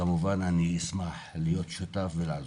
וכמובן אני אשמח להיות שותף ולעזור.